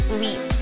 leap